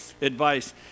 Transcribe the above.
advice